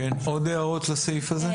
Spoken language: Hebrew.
עוד הערות לסעיף הזה?